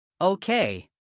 Okay